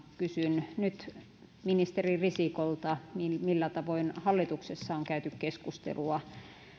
kysyn nyt ministeri risikolta millä tavoin hallituksessa on käyty keskustelua